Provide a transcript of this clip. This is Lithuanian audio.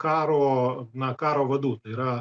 karo na karo vadų tai yra